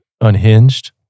unhinged